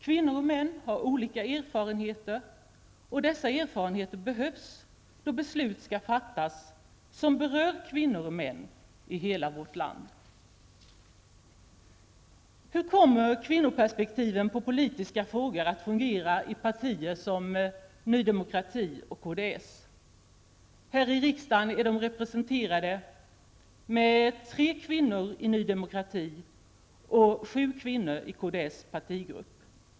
Kvinnor och män har olika erfarenheter, och dessa erfarenheter behövs då beslut skall fattas som berör kvinnor och män i hela vårt land. Hur kommer kvinnoperspektiven på politiska frågor att fungera i partier som nydemokrati och kds? Här i riksdagen är de representerade med tre kvinnor i nydemokrati och sju kvinnor i kds partigrupp.